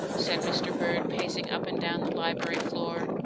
said mr. bird, pacing up and down the library floor,